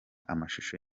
amashusho